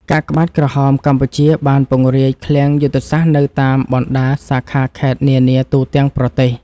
កាកបាទក្រហមកម្ពុជាបានពង្រាយឃ្លាំងយុទ្ធសាស្ត្រនៅតាមបណ្ដាសាខាខេត្តនានាទូទាំងប្រទេស។